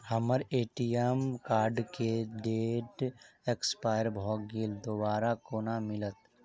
हम्मर ATM card केँ date expire भऽ गेल दोबारा कोना मिलत?